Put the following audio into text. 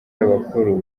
y’abakuru